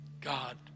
God